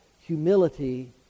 humility